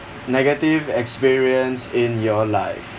negative experience in your life